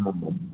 ହଁ ହଁ